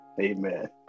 Amen